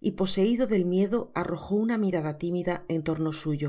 y poseido del miedo arrojo una mirada timida en torno suyo